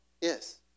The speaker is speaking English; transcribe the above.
Yes